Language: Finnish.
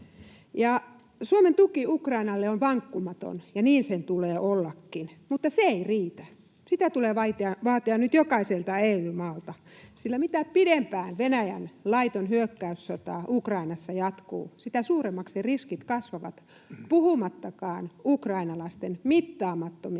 Suomen tuki Ukrainalle on vankkumaton, ja niin sen tulee ollakin, mutta se ei riitä. Sitä tulee vaatia nyt jokaiselta EU-maalta, sillä mitä pidempään Venäjän laiton hyökkäyssota Ukrainassa jatkuu, sitä suuremmiksi riskit kasvavat, puhumattakaan ukrainalaisten mittaamattomista